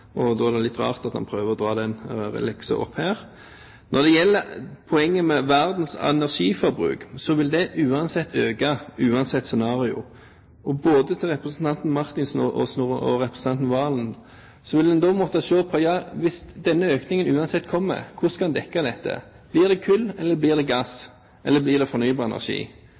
Da er det litt rart at han prøver å dra den leksa opp her. Når det gjelder verdens energiforbruk, vil det øke uansett scenario. Så både til representanten Marthinsen og representanten Serigstad Valen: En vil da måtte se på – hvis denne økningen uansett kommer – hvordan man skal dekke inn dette? Blir det kull eller gass, eller blir det fornybar energi?